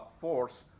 force